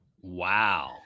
wow